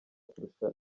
kurusha